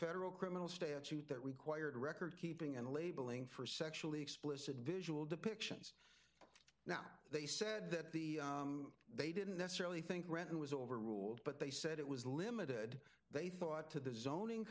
federal criminal statute that required record keeping and labeling for sexually explicit visual depictions now they said that the they didn't necessarily think renton was overruled but they said it was limited they thought to the zoning